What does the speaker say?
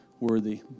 worthy